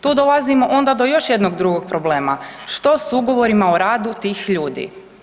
Tu dolazimo onda do još jednog drugog problema, što s ugovorima o radu tih ljudi?